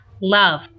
love